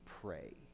pray